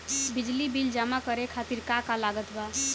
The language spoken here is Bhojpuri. बिजली बिल जमा करे खातिर का का लागत बा?